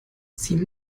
sie